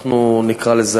נקרא לזה,